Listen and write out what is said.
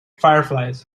fireflies